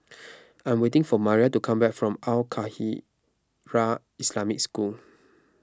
I am waiting for Maria to come back from Al Khairiah Islamic School